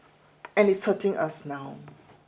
and it's hurting us now